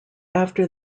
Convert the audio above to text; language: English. after